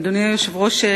אדוני היושב-ראש,